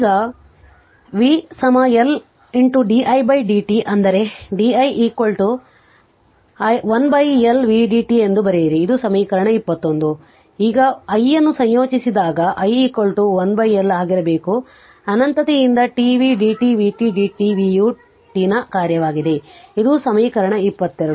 ಈಗ v L di dt ಅಂದರೆ di 1L v dt ಎಂದು ಬರೆಯಿರಿ ಇದು ಸಮೀಕರಣ 21 ಈಗ I ಅನ್ನು ಸಂಯೋಜಿಸಿದಾಗ I 1 L ಆಗಿರಬೇಕು ಅನಂತತೆಯಿಂದ t v dt vt dt v u t ನ ಕಾರ್ಯವಾಗಿದೆ ಇದು ಸಮೀಕರಣ 22